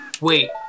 Wait